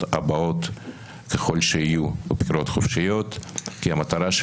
הבאות ככל שיהיו בחירות חופשיות כי המטרה של